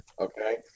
Okay